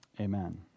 amen